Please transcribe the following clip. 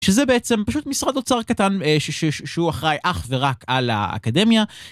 שזה בעצם פשוט משרד אוצר קטן, ש... ש... שהוא אחראי אך ורק על האקדמיה.